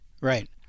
Right